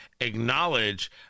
acknowledge